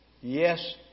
Yes